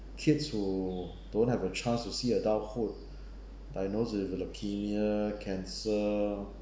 kids who don't have a chance to see adulthood diagnose with leukaemia cancer